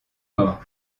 mort